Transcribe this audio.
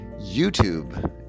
YouTube